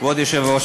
כבוד היושב-ראש,